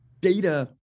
data